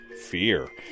fear